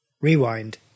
Rewind